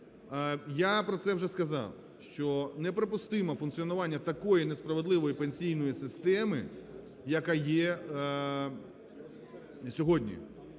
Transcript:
Я про це вже сказав, що неприпустиме функціонування такої несправедливої пенсійної системи, яка є сьогодні.